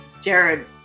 Jared